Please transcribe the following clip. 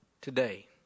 Today